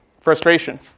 frustration